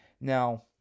now